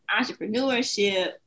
entrepreneurship